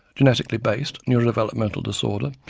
genetically based, neurodevelopmental disorder,